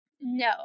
No